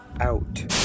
out